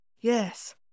Yes